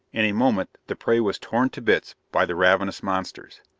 in a moment the prey was torn to bits by the ravenous monsters.